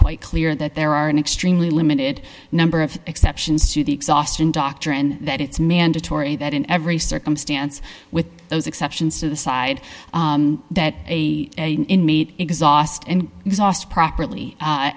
quite clear that there are an extremely limited number of exceptions to the exhaustion doctrine that it's mandatory that in every circumstance with those exceptions to the side that meet exhaust and exhaust properly